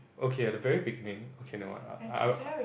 okay at the very beginning okay you know what I'll